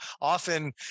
often